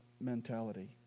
mentality